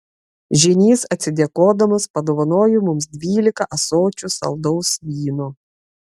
žynys atsidėkodamas padovanojo mums dvylika ąsočių saldaus vyno